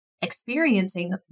experiencing